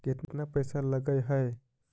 केतना पैसा लगय है?